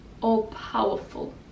all-powerful